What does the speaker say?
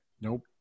Nope